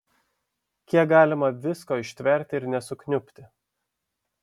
kiek galima visko ištverti ir nesukniubti